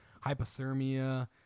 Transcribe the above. hypothermia